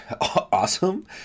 awesome